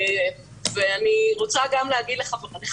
אני מתקשה להבין.